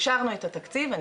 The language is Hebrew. אישרנו את התקציב.